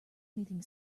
anything